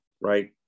Right